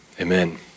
amen